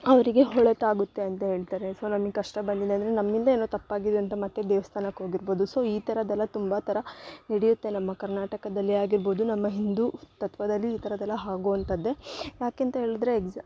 ಅವರಿಗೆ ಒಳಿತಾಗುತ್ತೆ ಅಂತ ಹೇಳ್ತಾರೆ ಸೊ ನಮಗ್ ಕಷ್ಟ ಬಂದಿದೆ ಅಂದರೆ ನಮ್ಮಿಂದ ಏನೋ ತಪ್ಪಾಗಿದೆ ಅಂತ ಮತ್ತು ದೇವಸ್ಥಾನಕ್ಕೆ ಹೋಗಿರ್ಬೋದು ಸೊ ಈ ಥರದೆಲ್ಲ ತುಂಬ ಥರ ನಡೆಯುತ್ತೆ ನಮ್ಮ ಕರ್ನಾಟಕದಲ್ಲಿ ಆಗಿರ್ಬೋದು ನಮ್ಮ ಹಿಂದು ತತ್ವದಲ್ಲಿ ಈ ಥರದೆಲ್ಲ ಆಗುವಂತದ್ದೇ ಯಾಕೆ ಅಂತ ಹೇಳಿದ್ರೆ ಎಗ್ಸ